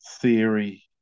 theory